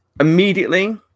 immediately